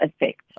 effect